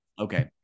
okay